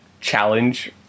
challenge